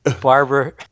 Barbara